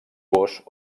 gos